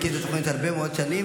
אני מכיר את התוכנית הרבה מאוד שנים,